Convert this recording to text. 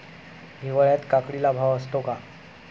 हिवाळ्यात काकडीला भाव असतो का?